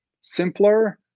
simpler